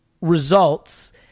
results